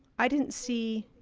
i didn't see